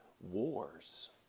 wars